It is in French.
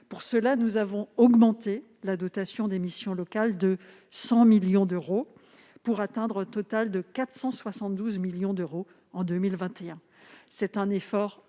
cette fin, nous avons augmenté la dotation des missions locales de 100 millions d'euros, pour atteindre un total de 472 millions d'euros en 2021. C'est un effort sans